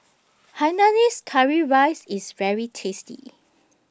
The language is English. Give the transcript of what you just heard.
Hainanese Curry Rice IS very tasty